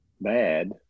bad